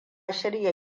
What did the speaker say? shirya